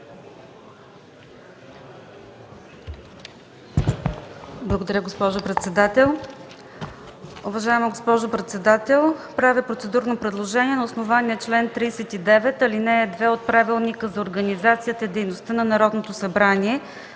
Благодаря, господин председател.